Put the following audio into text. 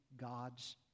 God's